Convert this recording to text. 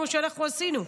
כמו שאנחנו עשינו.